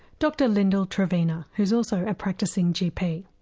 dr lyndal trevena who's also a practising gp.